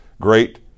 great